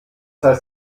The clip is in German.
heißt